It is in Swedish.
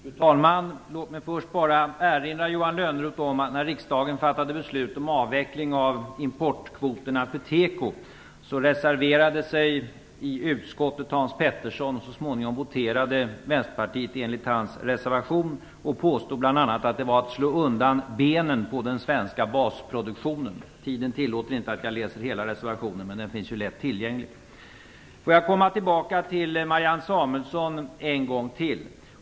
Fru talman! Låt mig först bara erinra Johan Lönnroth om att när riksdagen fattade beslut om avveckling av importkvoterna för teko reserverade sig Hans Pettersson i utskottet. Så småningom reserverade sig vänsterpartiet enligt hans reservation och påstod bl.a. att en sådan avveckling var detsamma som att slå undan benen på den svenska basproduktionen. Tiden tillåter inte att jag läser upp hela reservationen, men den finns ju lätt tillgänglig. Jag vill komma tillbaka till Marianne Samuelsson en gång till.